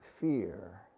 fear